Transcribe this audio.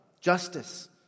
justice